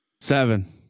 Seven